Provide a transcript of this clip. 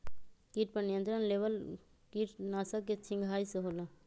किट पर नियंत्रण केवल किटनाशक के छिंगहाई से होल?